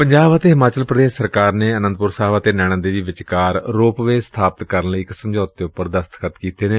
ਪੰਜਾਬ ਅਤੇ ਹਿਮਾਚਲ ਪ੍ਦੇਸ਼ ਸਰਕਾਰ ਨੇ ਆਨੰਦਪੁਰ ਸਾਹਿਬ ਅਤੇ ਨੈਣਾ ਦੇਵੀ ਵਿਚਕਾਰ ਰੋਪਵੇਅ ਸਥਾਪਤ ਕਰਨ ਲਈ ਇਕ ਸਮਝੌਤੇ ਉਪਰ ਦਸਤਖ਼ਤ ਕੀਤੇ ਨੇ